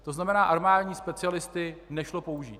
To znamená, armádní specialisty nešlo použít.